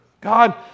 God